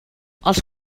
els